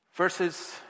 Verses